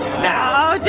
now,